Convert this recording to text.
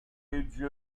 age